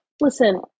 listen